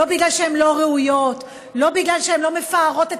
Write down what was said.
לא בגלל שהן לא ראויות ולא בגלל שהן לא מפארות את